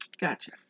Gotcha